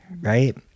right